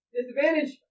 Disadvantage